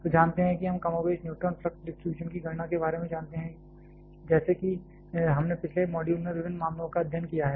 तो जानते हैं कि हम कमोबेश न्यूट्रॉन फ्लक्स डिस्ट्रीब्यूशन की गणना के बारे में जानते हैं जैसे कि हमने पिछले मॉड्यूल में विभिन्न मामलों का अध्ययन किया है